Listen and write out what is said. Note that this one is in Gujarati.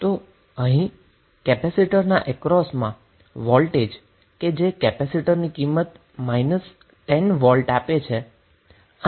તો આપણે કહી શકીએ કે અહીં કેપેસિટર કે જે કેપેસિટરના અક્રોસમાં વોલ્ટેજ 10 વોલ્ટ આપે છે તેનું ડ્યુઅલ છે